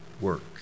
work